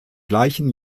gleichen